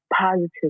positive